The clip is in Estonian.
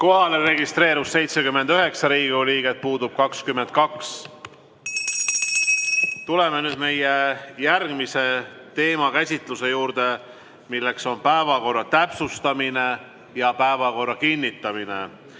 Kohale registreerus 79 Riigikogu liiget, puudub 22. Tuleme nüüd meie järgmise teema käsitluse juurde, milleks on päevakorra täpsustamine ja päevakorra kinnitamine.